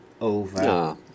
over